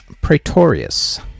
Praetorius